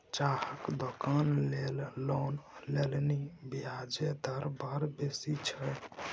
चाहक दोकान लेल लोन लेलनि ब्याजे दर बड़ बेसी छै